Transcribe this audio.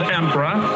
emperor